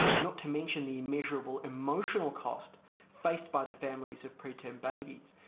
not to mention the immeasurable emotional cost faced by the families of preterm babies.